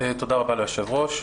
תודה רבה ליושב-הראש.